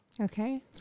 Okay